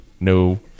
no